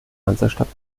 hansestadt